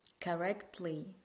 correctly